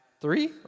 Three